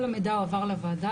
כל המידע הועבר לוועדה.